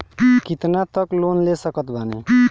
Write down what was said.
कितना तक लोन ले सकत बानी?